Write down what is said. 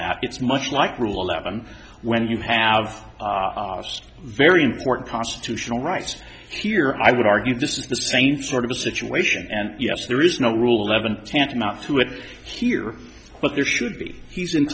that it's much like rule eleven when you have this very important constitutional right here i would argue this is the same sort of situation and yes there is no rule levon tantamount to it here but there should be he's